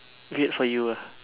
weird for you ah